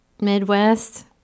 Midwest